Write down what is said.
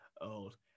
old